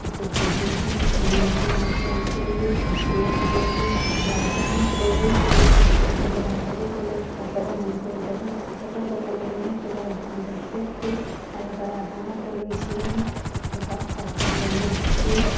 ꯈꯨꯠꯇ ꯈꯨꯖꯤ ꯁꯤ ꯅꯥꯗ ꯅꯥꯒꯤ ꯂꯩ ꯆꯤꯜꯂꯤ ꯀꯣꯌꯦꯠ ꯌꯦꯠꯂꯤ ꯔꯙꯥꯅ ꯄꯣꯂꯣꯏ ꯁꯦꯠꯂꯤ ꯑꯇꯥꯡꯕꯅꯦ ꯔꯙꯥꯒꯤ ꯄꯣꯂꯣꯏ ꯐꯖꯕ ꯃꯅꯤꯄꯨꯔꯒꯤ ꯑꯗꯨꯝꯕ ꯐꯖꯈ꯭ꯔꯕ ꯄꯣꯂꯣꯏꯅꯤ ꯑꯇꯣꯞꯄ ꯃꯐꯝꯗ ꯁꯦꯠꯇꯦ ꯍꯥꯏꯔꯤꯕ ꯔꯙꯥꯅ ꯄꯣꯂꯣꯏ ꯁꯦꯠꯂꯤ ꯑꯗꯨꯒ ꯀꯖꯦꯡꯂꯩ ꯎꯞꯄꯤ